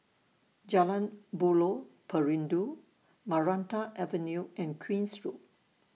Jalan Buloh Perindu Maranta Avenue and Queen's Road